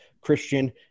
Christian